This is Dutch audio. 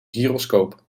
gyroscoop